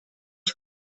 ich